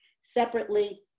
separately